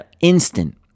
instant